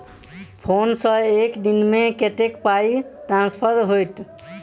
Phone सँ एक दिनमे कतेक पाई ट्रान्सफर होइत?